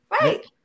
right